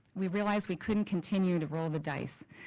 we realized we couldn't continue to roll the dice.